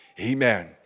Amen